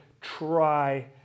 try